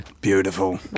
Beautiful